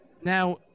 Now